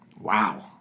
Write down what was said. Wow